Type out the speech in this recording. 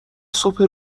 صبح